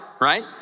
Right